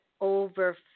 over